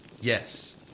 Yes